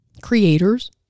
creators